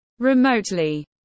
Remotely